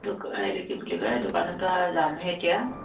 এইটো কি বুলি কয় দোকানৰ পৰা যামহে এতিয়া